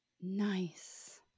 nice